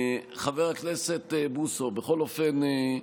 חבר הכנסת בוסו, בכל אופן,